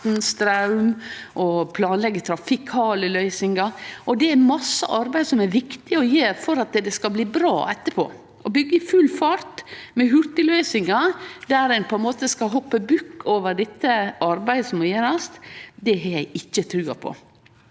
straum og trafikale løysingar. Det er masse arbeid som det er viktig å gjere for at det skal bli bra etterpå. Å byggje i full fart med hurtigløysingar der ein på ein måte skal hoppe bukk over dette arbeidet som må gjerast, har eg ikkje trua på.